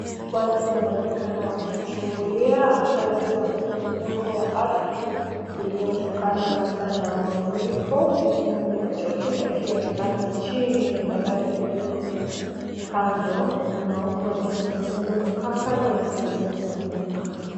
Watu wanaonekana wakichungulia athari za mmomonyoko wa ardhi uliotokana labda na mafuriko, huku maji machafu yakionekana chini ya daraja lililo kando na huku watu wakimizwa kukaa kando wasiweze kuanguka.